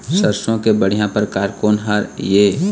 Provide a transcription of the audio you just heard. सरसों के बढ़िया परकार कोन हर ये?